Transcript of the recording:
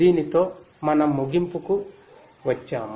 దీనితో మనం ముగింపుకు వఛము